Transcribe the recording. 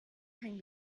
kein